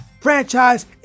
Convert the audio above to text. franchise